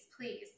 please